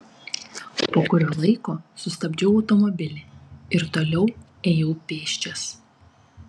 po kurio laiko sustabdžiau automobilį ir toliau ėjau pėsčias